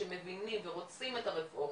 שמבינים ורוצים את הרפורמה.